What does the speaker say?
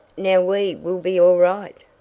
now we will be all right!